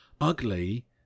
ugly